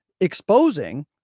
exposing